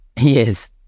Yes